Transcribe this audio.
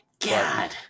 God